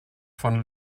von